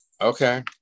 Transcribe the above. Okay